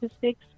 six